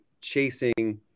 chasing